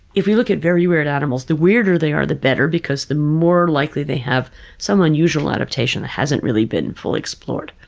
if you look at very weird animals, the weirder they are, the better, because the more likely they have some unusual adaptation that hasn't really been fully explored.